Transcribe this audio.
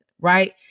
right